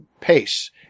pace